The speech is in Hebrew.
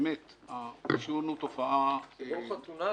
באמת העישון הוא תופעה --- זה לא חתונה.